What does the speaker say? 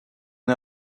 est